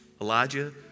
Elijah